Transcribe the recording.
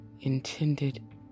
intended